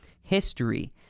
history